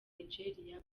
nigeria